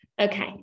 Okay